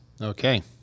Okay